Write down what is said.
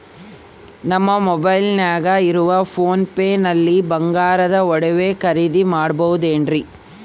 ನಮ್ಮ ಮೊಬೈಲಿನಾಗ ಇರುವ ಪೋನ್ ಪೇ ನಲ್ಲಿ ಬಂಗಾರದ ಒಡವೆ ಖರೇದಿ ಮಾಡಬಹುದೇನ್ರಿ?